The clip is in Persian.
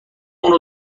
اونو